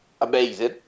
amazing